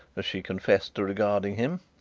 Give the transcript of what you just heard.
as she confessed to regarding him.